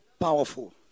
powerful